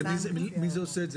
מי עושה את זה?